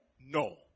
No